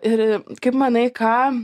ir kaip manai kam